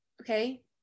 okay